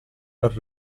per